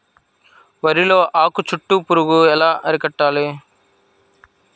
వరిలో ఆకు చుట్టూ పురుగు ఎలా అరికట్టాలి?